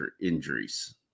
injuries